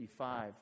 1955